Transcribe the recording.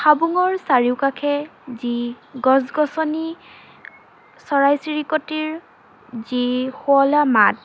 হাবুঙৰ চাৰিওকাষে যি গছ গছনি চৰাই চিৰিকটিৰ যি শুৱলা মাত